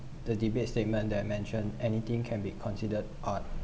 the debate statement that I mention anything can be considered art